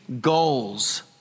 goals